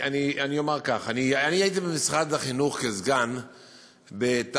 אני אומר כך: אני הייתי במשרד החינוך כסגן בתשע"א,